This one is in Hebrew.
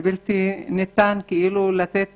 אי-אפשר לתת